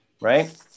right